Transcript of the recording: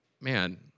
man